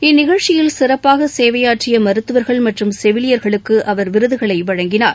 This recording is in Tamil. இந்நிகழ்ச்சியில் சிறப்பாக சேவையாற்றிய மருத்துவர்கள் மற்றும் செவிலியர்களுக்கு அவர் விருதுகளை வழங்கினார்